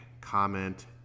comment